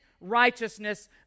righteousness